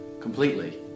Completely